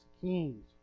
kings